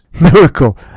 Miracle